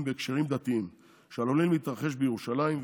'בהקשרים דתיים' שעלולים להתרחש בירושלים,